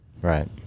Right